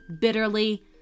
bitterly